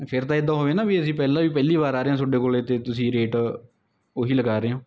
ਫਿਰ ਤਾਂ ਇੱਦਾਂ ਹੋਵੇ ਨਾ ਵੀ ਅਸੀਂ ਪਹਿਲਾਂ ਵੀ ਪਹਿਲੀ ਵਾਰ ਆ ਰਹੇ ਹਾਂ ਤੁਹਾਡੇ ਕੋਲ ਅਤੇ ਤੁਸੀਂ ਰੇਟ ਉਹ ਹੀ ਲਗਾ ਰਹੇ ਹੋ